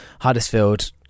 Huddersfield